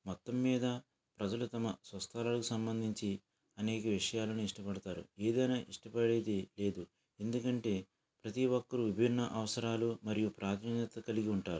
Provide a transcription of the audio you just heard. మొత్తం మీద ప్రజలు తమ స్వస్థలాలకు సంబంధించి అనేక విషయాలను ఇష్టపడతారు ఏదైనా ఇష్టపడేది లేదు ఎందుకంటే ప్రతీ ఒక్కరు విభిన్న అవసరాలు మరియు ప్రాధాన్యత కలిగి ఉంటారు